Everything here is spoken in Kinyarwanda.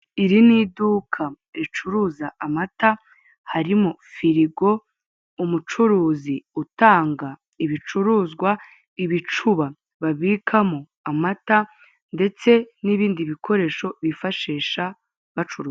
Iri ni iduka ricuruza amata harimo firigo, umucuruzi utanga ibicuruzwa, ibicuba babikamo amata ndetse n'ibindi bikoresho bifashisha bacuruza.